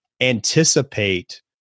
anticipate